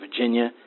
Virginia